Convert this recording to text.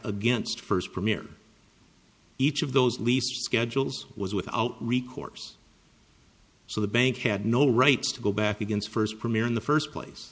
against first premier each of those least schedules was without recourse so the bank had no rights to go back against first premier in the first place